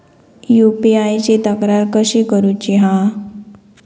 UPI ची तक्रार कशी करुची हा?